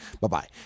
Bye-bye